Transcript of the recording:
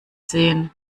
sehen